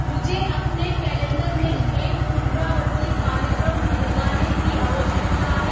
मुझे अपने कैलेंडर में एक पुनरावर्ती कार्यक्रम लगाने की आवश्यकता है